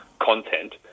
content